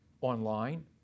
online